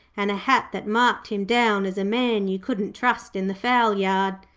and a hat that marked him down as a man you couldn't trust in the fowlyard.